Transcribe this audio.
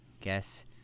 Guess